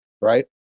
right